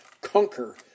conquer